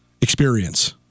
experience